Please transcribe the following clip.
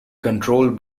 controlled